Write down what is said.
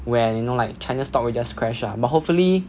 where you know like china's stock will just crash ah but hopefully